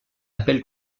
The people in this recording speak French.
appel